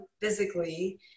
physically